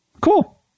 Cool